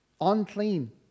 unclean